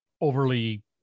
overly